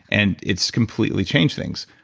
and it's completely change things.